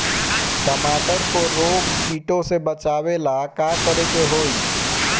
टमाटर को रोग कीटो से बचावेला का करेके होई?